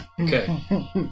Okay